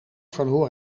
verloor